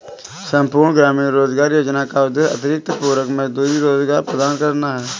संपूर्ण ग्रामीण रोजगार योजना का उद्देश्य अतिरिक्त पूरक मजदूरी रोजगार प्रदान करना है